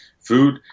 food